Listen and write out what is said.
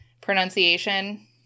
pronunciation